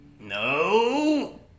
No